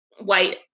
white